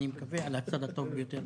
אני מקווה על הצד הטוב ביותר.